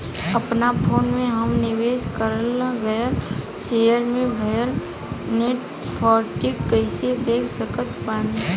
अपना फोन मे हम निवेश कराल गएल शेयर मे भएल नेट प्रॉफ़िट कइसे देख सकत बानी?